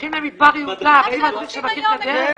הולכים במדבר יהודה ואין מדריך שמכיר את הדרך,